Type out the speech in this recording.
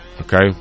Okay